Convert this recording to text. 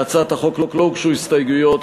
להצעת החוק לא הוגשו הסתייגויות,